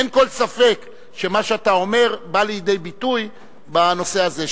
אין כל ספק שמה שאתה אומר בא לידי ביטוי בנושא הזה,